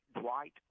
Dwight